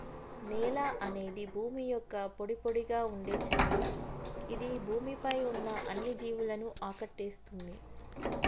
నేల అనేది భూమి యొక్క పొడిపొడిగా ఉండే చర్మం ఇది భూమి పై ఉన్న అన్ని జీవులను ఆకటేస్తుంది